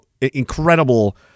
incredible